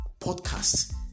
podcasts